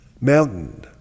Mountain